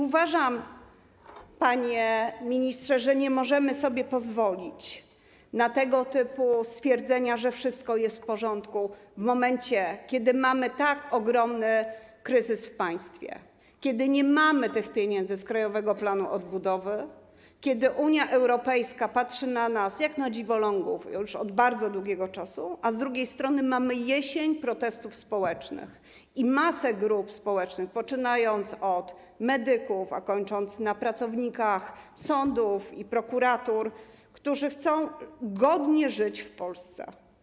Uważam, panie ministrze, że nie możemy sobie pozwolić na tego typu stwierdzenia, że wszystko jest w porządku, w momencie kiedy mamy tak ogromny kryzys w państwie, kiedy nie mamy tych pieniędzy z Krajowego Planu Odbudowy, kiedy Unia Europejska patrzy na nas jak na dziwolągi już od bardzo długiego czasu, a z drugiej strony mamy jesień protestów społecznych i masę grup społecznych, poczynając od medyków, a kończąc na pracownikach sądów i prokuratur, które chcą godnie żyć w Polsce.